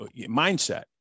mindset